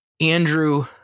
Andrew